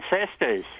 ancestors